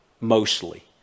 mostly